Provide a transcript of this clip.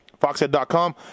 foxhead.com